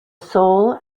seoul